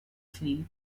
sleep